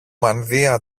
μανδύα